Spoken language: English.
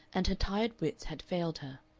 and her tired wits had failed her.